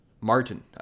Martin